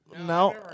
no